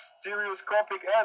stereoscopic